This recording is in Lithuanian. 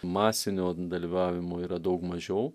masinio dalyvavimo yra daug mažiau